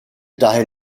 daher